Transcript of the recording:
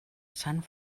sant